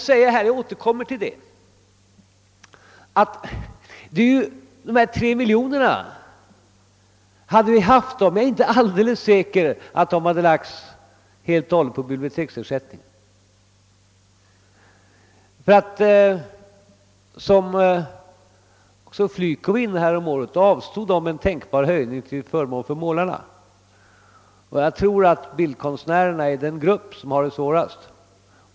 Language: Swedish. Men jag återkommer till att om vi hade haft de 3 miljoner kronor som det här talats om, så är jag inte alldeles säker på att de i sin helhet hade lagts på biblioteksersättningen. FLYCO avstod ju häromåret från en tänkbar höjning till förmån för målarna, och jag tror att bildkonstnärerna är den grupp som har det svårast.